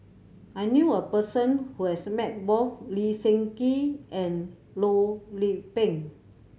I knew a person who has met both Lee Seng Gee and Loh Lik Peng